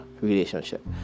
relationship